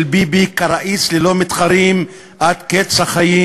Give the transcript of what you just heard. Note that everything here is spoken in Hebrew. ביבי כראיס ללא מתחרים עד קץ החיים.